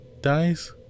dies